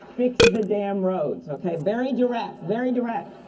fix the damn roads, okay? very direct. very direct.